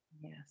Yes